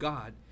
God